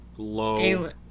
low